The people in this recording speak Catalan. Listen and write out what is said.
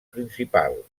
principal